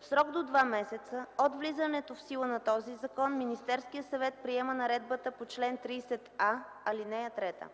В срок до два месеца от влизането в сила на този закон Министерският съвет приема наредбата по чл. 30а, ал.3.”